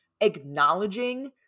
acknowledging